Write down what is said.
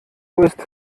ist